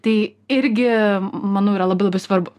tai irgi manau yra labai labai svarbu